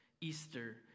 Easter